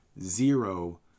zero